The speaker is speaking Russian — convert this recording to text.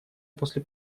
после